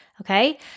Okay